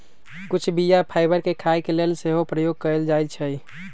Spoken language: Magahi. कुछ बीया फाइबर के खाय के लेल सेहो प्रयोग कयल जाइ छइ